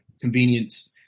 convenience